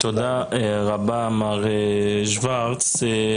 תודה רבה מר שוורץ.